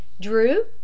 Drew